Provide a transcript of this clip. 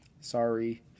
Sorry